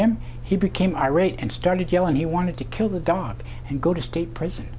him he became irate and started yelling he wanted to kill the dog and go to state prison